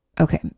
Okay